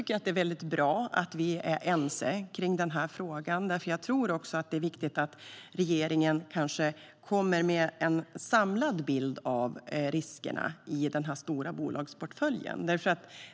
Det är bra att vi är ense i den här frågan. Jag tror att det är viktigt att regeringen kommer med en samlad bild av riskerna i den stora bolagsportföljen.